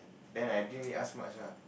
then I didn't even ask much lah